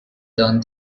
turn